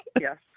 yes